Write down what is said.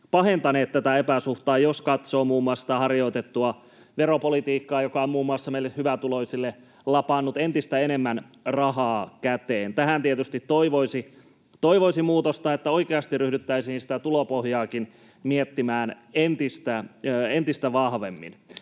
pahentaneet tätä epäsuhtaa, jos katsoo muun muassa harjoitettua veropolitiikkaa, joka on muun muassa meille hyvätuloisille lapannut entistä enemmän rahaa käteen. Tähän tietysti toivoisi muutosta niin, että oikeasti ryhdyttäisiin sitä tulopohjaakin miettimään entistä vahvemmin.